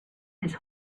his